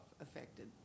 affected